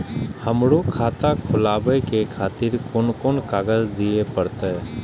हमरो खाता खोलाबे के खातिर कोन कोन कागज दीये परतें?